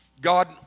God